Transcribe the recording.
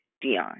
Dion